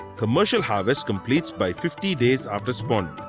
commercial harvest completes by fifty days after spawning.